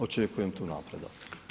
Očekujem tu napredak.